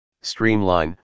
streamline